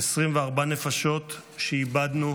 24 נפשות שאיבדנו